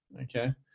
Okay